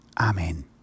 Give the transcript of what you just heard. Amen